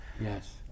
Yes